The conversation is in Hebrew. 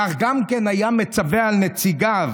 כך גם היה מצווה על נציגיו,